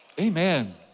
Amen